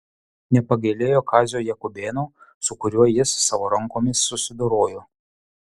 nepagailėjo kazio jakubėno su kuriuo jis savo rankomis susidorojo